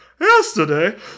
Yesterday